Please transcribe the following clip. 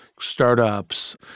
startups